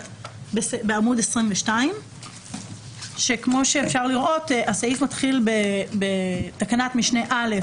בעמוד 22 שכמו שאפשר לראות הסעיף מתחיל בתקנת משנה (א)